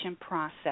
process